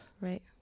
Right